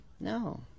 No